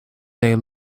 they